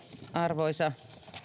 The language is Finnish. arvoisa